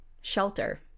Shelter